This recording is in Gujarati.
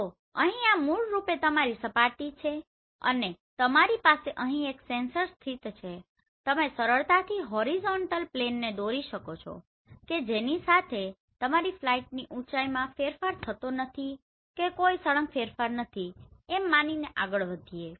તો અહીં આ મૂળરૂપે તમારી સપાટી છે અને તમારી પાસે અહીં એક સેન્સર સ્થિત છે અને તમે સરળતાથી હોરિઝોન્ટલ પ્લેનને દોરી શકો છો કે જેની સાથે તમારી ફ્લાઇટની ઉંચાઇમાં કોઈ ફેરફાર નથી કે કોઈ સળંગ ફેરફાર નથી એમ માનીને આગળ વધીએ છે